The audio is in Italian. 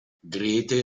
grete